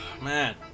man